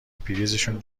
پریزشون